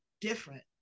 different